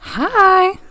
hi